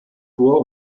bor